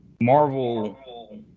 marvel